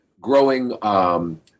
Growing